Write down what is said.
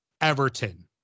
Everton